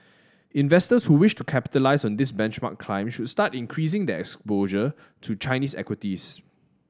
investors who wish to capitalise on this benchmark climb should start increasing their exposure to Chinese equities